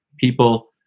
people